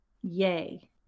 Yay